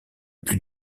plus